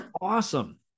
awesome